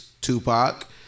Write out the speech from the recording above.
Tupac